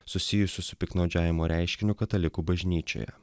susijusių su piktnaudžiavimo reiškiniu katalikų bažnyčioje